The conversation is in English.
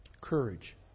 courage